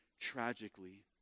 tragically